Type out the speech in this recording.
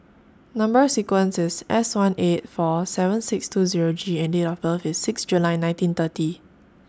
Number sequence IS S one eight four seven six two Zero G and Date of birth IS six July nineteen thirty